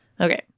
Okay